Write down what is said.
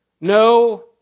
No